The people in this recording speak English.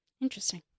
Interesting